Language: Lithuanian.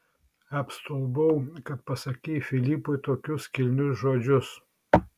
apstulbau kad pasakei filipui tokius kilnius žodžius